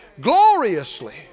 Gloriously